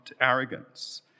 arrogance